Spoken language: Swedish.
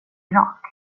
irak